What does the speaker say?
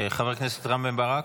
חבר הכנסת רם בן ברק.